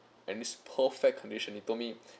and it's perfect condition he told me